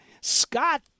Scott